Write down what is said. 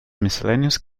miscellaneous